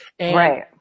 Right